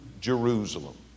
Jerusalem